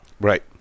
Right